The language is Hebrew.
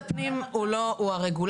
משרד הפנים הוא הרגולטור,